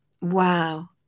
Wow